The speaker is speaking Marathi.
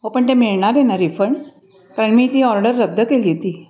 हो पण ते मिळणार आहे ना रिफंड कारण मी ती ऑर्डर रद्द केली होती